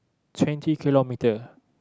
twenty kilometres